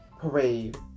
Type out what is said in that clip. Parade